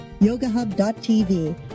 yogahub.tv